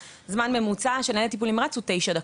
זמן ממוצע של ניידת טיפול נמרץ הוא תשע דקות.